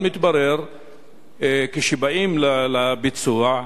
אבל מתברר שכשבאים לביצוע,